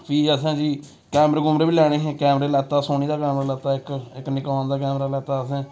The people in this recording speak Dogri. फ्ही असें जी कैमरे कुमरे बी लैने हे कैमरा लैता सोनी दा कैमरा लैता इक निकोन दा कैमरा लैता असें